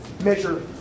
measure